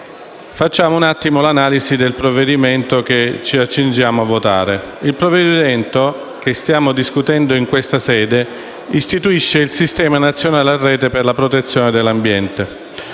fare un'analisi del disegno di legge che ci accingiamo a votare. Il provvedimento che stiamo discutendo in questa sede istituisce il Sistema nazionale a rete per la protezione dell'ambiente,